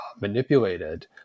manipulated